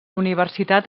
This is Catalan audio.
universitat